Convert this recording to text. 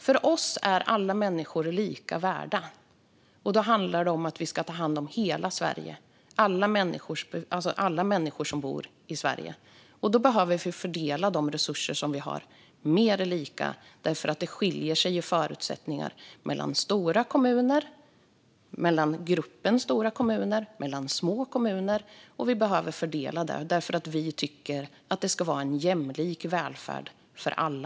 För oss är alla människor lika värda, och det handlar om att ta hand om alla människor som bor i hela Sverige. Då ska de resurser som finns fördelas mer lika eftersom förutsättningarna skiljer sig mellan stora kommuner samt mellan gruppen stora kommuner och små kommuner. Vi tycker att det ska finnas en jämlik välfärd för alla.